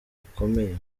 gikomeye